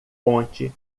ponte